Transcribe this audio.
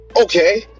okay